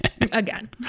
again